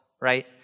right